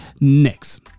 next